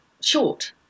short